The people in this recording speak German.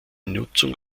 nutzung